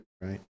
right